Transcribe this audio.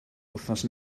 wythnos